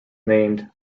named